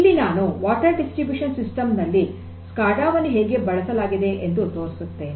ಇಲ್ಲಿ ನಾನು ನೀರಿನ ವಿತರಣೆಯ ಸಿಸ್ಟಮ್ ನಲ್ಲಿ ಸ್ಕಾಡಾ ವನ್ನು ಹೇಗೆ ಬಳಸಲಾಗಿದೆ ಎಂದು ತೋರಿಸುತ್ತೇನೆ